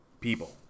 people